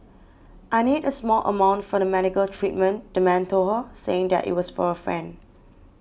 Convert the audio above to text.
I need a small amount for the medical treatment the man told her saying that it was for a friend